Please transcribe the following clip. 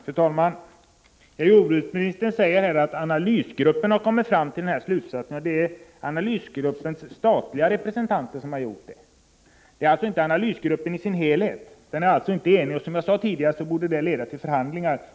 Fru talman! Jordbruksministern säger att analysgruppen kommit fram till slutsatsen att jordbruket skall betala. Det är statens representanter i analysgruppen som har gjort det, inte analysgruppen i sin helhet. Gruppen är inte enig, och som jag sade tidigare borde det leda till förhandlingar.